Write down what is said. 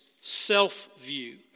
self-view